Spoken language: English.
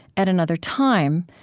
at another time,